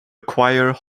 acquire